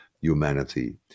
humanity